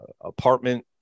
apartment